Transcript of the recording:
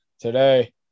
today